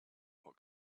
what